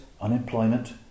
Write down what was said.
unemployment